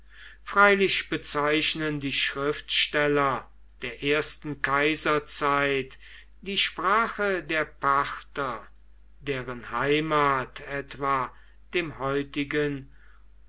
freilich bezeichnen die schriftsteller der ersten kaiserzeit die sprache der parther deren heimat etwa dem heutigen